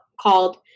called